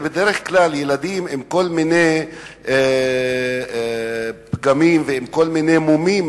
בדרך כלל ילדים עם כל מיני פגמים ומומים,